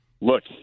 Look